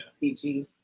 PG